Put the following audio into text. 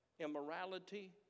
Immorality